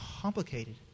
complicated